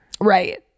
Right